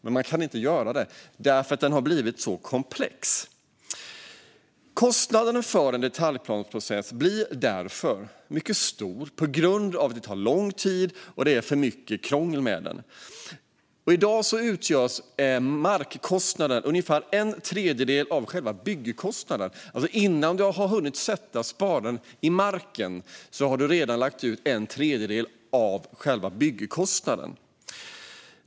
Men man kan ändå inte göra det därför att den har blivit så komplex. Kostnaderna för en detaljplaneprocess blir därför mycket stor. Det tar lång tid, och det är för mycket krångel. I dag utgör markkostnaden ungefär en tredjedel av byggkostnaden. Redan innan man satt spaden i marken har man alltså lagt ut en tredjedel av byggkostnaden.